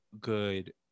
good